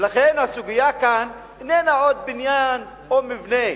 ולכן הסוגיה כאן איננה עוד בניין או מבנה,